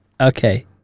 Okay